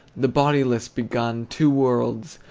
the bodiless begun two worlds,